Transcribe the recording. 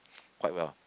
quite well